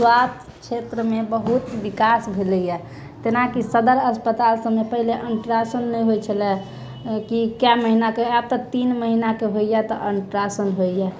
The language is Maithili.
स्वास्थ क्षेत्र मे बहुत बिकास भेलैए तेनाकि सदर अस्पताल सभमे पहिले अल्टरासाउण्ड नहि होइ छलै कि कै महीना कऽ आब तऽ तीन महीना कऽ होइए तऽ अल्टारासाउण्ड होइए